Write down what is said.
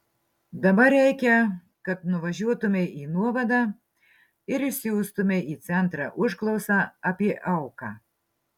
dabar reikia kad nuvažiuotumei į nuovadą ir išsiųstumei į centrą užklausą apie auką